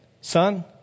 son